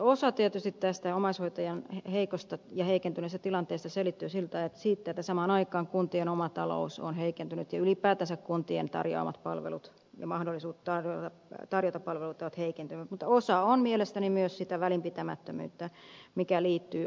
osa tästä omaishoitajien heikosta ja heikentyneestä tilanteesta tietysti selittyy sillä että samaan aikaan kuntien oma talous on heikentynyt ja ylipäätänsä kuntien tarjoamat palvelut ja mahdollisuudet tarjota palveluita ovat heikentyneet mutta osa on mielestäni myös sitä välinpitämättömyyttä mikä liittyy omaishoitajien elämäntilanteeseen